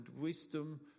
wisdom